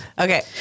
Okay